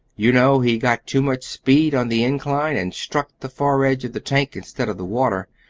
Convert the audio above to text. you know, he got too much speed on the incline, and struck the far edge of the tank instead of the water.